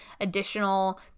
additional